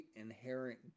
inherent